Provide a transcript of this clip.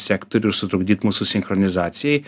sektorių ir sutrukdyt mūsų sinchronizacijai